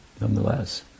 nonetheless